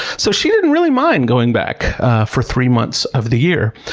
so she didn't really mind going back for three months of the year.